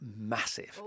massive